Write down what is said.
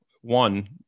One